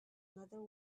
another